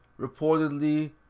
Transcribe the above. reportedly